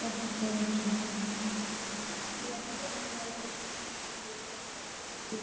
اَدٕ حظ کیہہ نا حظ چُھنہٕ